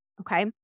okay